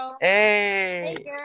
hey